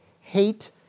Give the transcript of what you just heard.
hate